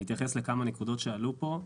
אני אתייחס לכמה נקודות שעלו פה.